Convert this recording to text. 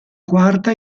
quarta